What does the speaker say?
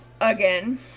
Again